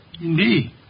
Indeed